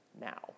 now